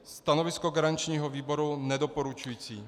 Stanovisko garančního výboru nedoporučující.